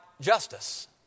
justice